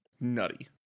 nutty